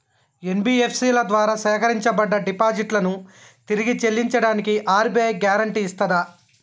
NBFC ల ద్వారా సేకరించబడ్డ డిపాజిట్లను తిరిగి చెల్లించడానికి ఆర్.బి.ఐ గ్యారెంటీ ఇస్తదా?